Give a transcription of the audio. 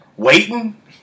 Waiting